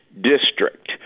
district